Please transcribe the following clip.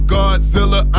Godzilla